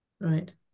Right